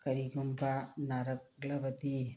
ꯀꯥꯔꯤꯒꯨꯝꯕ ꯅꯔꯛꯂꯕꯗꯤ